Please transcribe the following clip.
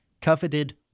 coveted